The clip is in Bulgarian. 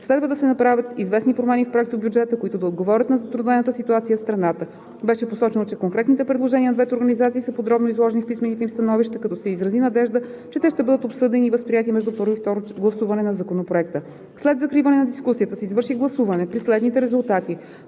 следва да се направят известни промени в Проектобюджета, които да отговорят на затруднената ситуация в страната. Беше посочено, че конкретните предложения на двете организации са подробно изложени в писмените им становища, като се изрази надежда, че те ще бъдат обсъдени и възприети между първо и второ гласуване на Законопроекта. След закриване на дискусията се извърши гласуване при следните резултати: